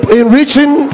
enriching